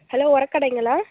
hello உரக்கடைங்களா